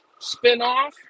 spinoff